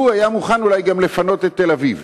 הוא היה מוכן אולי לפנות גם את תל-אביב.